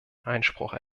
einspruch